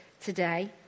today